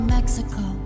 Mexico